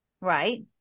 right